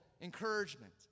encouragement